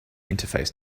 interface